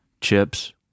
chips